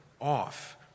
off